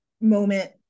moment